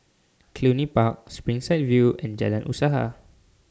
Cluny Park Springside View and Jalan Usaha